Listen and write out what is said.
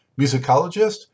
musicologist